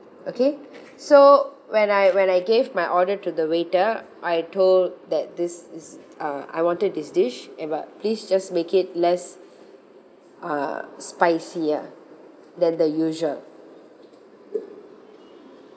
okay so when I when I gave my order to the waiter I told that this is uh I wanted this dish and but please just make it less uh spicier than the usual